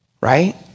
right